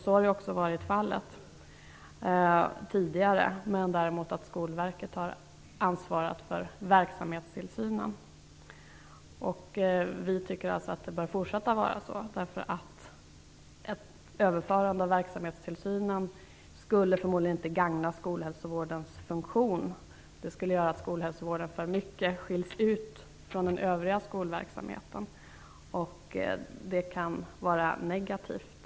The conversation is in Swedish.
Så har också varit fallet hittills, men Skolverket har ansvarat för verksamhetstillsynen. Vi anser alltså att det bör fortsätta att vara så, därför att ett överförande av verksamhetstillsynen förmodligen inte skulle gagna skolhälsovårdens funktion. Det skulle göra att skolhälsovården för mycket skiljs ut från den övriga skolverksamheten, vilket kan vara negativt.